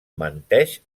menteix